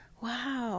wow